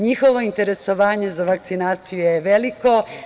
Njihovo interesovanje za vakcinaciju je veliko.